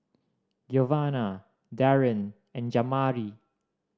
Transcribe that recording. Giovanna Darrin and Jamari